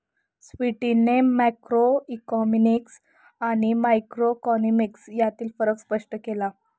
स्वीटीने मॅक्रोइकॉनॉमिक्स आणि मायक्रोइकॉनॉमिक्स यांतील फरक स्पष्ट केला